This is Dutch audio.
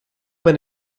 ben